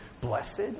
Blessed